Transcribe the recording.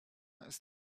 ist